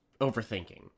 overthinking